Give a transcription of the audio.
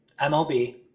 MLB